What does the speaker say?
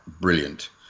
brilliant